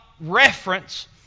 reference